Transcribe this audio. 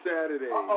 Saturday